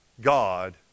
God